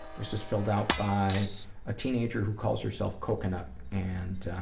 this was filled out by a teenager who calls herself coconut, and